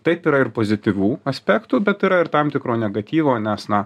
taip yra ir pozityvių aspektų bet yra ir tam tikro negatyvo nes na